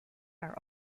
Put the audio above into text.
are